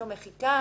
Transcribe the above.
נכתוב ב-(ח)